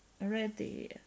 ready